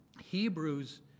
Hebrews